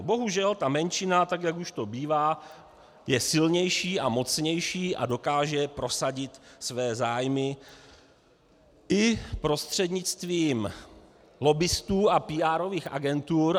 Bohužel ta menšina, tak jak už to bývá, je silnější a mocnější a dokáže prosadit své zájmy i prostřednictvím lobbistů a PR agentur.